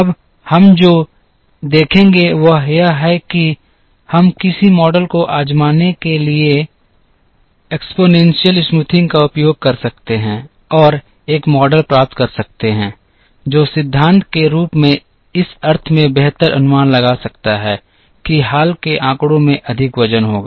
अब हम जो देखेंगे वह यह है कि हम किसी मॉडल को आज़माने के लिए घातीय चौरसाई का उपयोग कर सकते हैं और एक मॉडल प्राप्त कर सकते हैं जो सिद्धांत रूप में इस अर्थ में बेहतर अनुमान लगा सकता है कि हाल के आंकड़ों में अधिक वज़न होगा